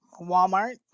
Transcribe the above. Walmart